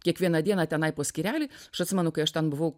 kiekvieną dieną tenai po skyrelį aš atsimenu kai aš ten buvau